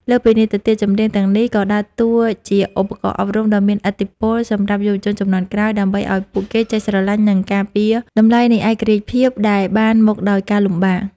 លើសពីនេះទៅទៀត ចម្រៀងទាំងនេះក៏ដើរតួជាឧបករណ៍អប់រំដ៏មានឥទ្ធិពលសម្រាប់យុវជនជំនាន់ក្រោយ ដើម្បីឱ្យពួកគេចេះស្រឡាញ់ និងការពារតម្លៃនៃឯករាជ្យភាពដែលបានមកដោយការលំបាក។